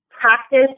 practice